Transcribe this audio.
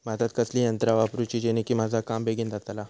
भातात कसली यांत्रा वापरुची जेनेकी माझा काम बेगीन जातला?